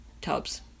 tubs